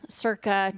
circa